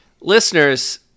Listeners